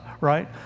right